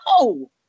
no